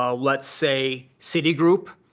um let's say, citigroup,